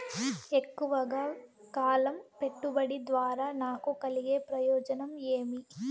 ఎక్కువగా కాలం పెట్టుబడి ద్వారా నాకు కలిగే ప్రయోజనం ఏమి?